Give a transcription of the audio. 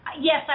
yes